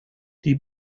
die